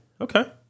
Okay